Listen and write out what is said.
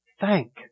thank